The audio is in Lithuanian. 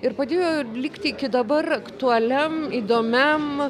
ir padėjo likti iki dabar aktualiam įdomiam